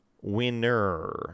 winner